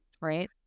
right